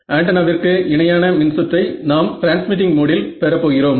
ஆண்டனாவிற்கு இணையான மின்சுற்றை நாம் டிரான்ஸ்மிட்டிங் மோடில் பெறப்போகிறோம்